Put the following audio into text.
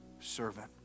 servant